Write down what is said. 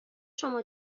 شما